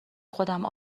خودم